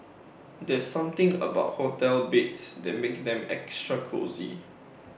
there's something about hotel beds that makes them extra cosy